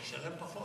נשלם פחות.